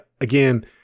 again